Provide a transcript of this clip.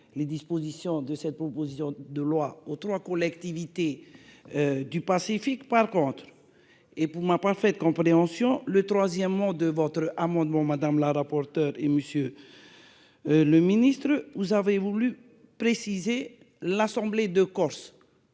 les dispositions de cette proposition de loi aux 3 collectivités du Pacifique par compte et pour ma parfaite compréhension le troisièmement de votre amendement madame la rapporteure et monsieur le ministre, vous avez voulu préciser l'assemblée de Corse